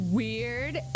weird